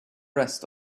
rest